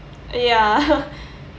ya